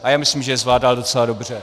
A já myslím, že je zvládal docela dobře.